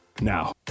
Now